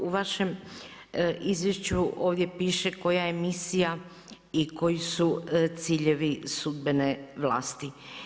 U vašem izvješću ovdje piše koja je misija i koji su ciljevi sudbene vlasti.